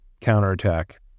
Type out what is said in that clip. counterattack